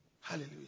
Hallelujah